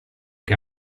che